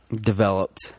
developed